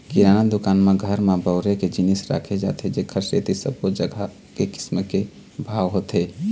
किराना दुकान म घर म बउरे के जिनिस राखे जाथे जेखर सेती सब्बो जघा एके किसम के भाव होथे